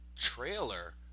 trailer